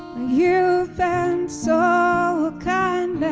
you know so kind